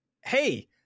hey